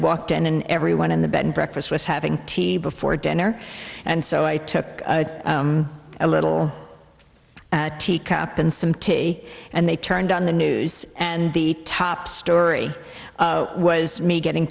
walked in and everyone in the bed and breakfast was having tea before dinner and so i took a little tea cup and some tea and they turned on the news and the top story was me getting